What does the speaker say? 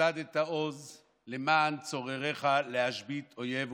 יסדת עֹז למען צורריך להשבית אויב ומתנקם".